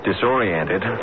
disoriented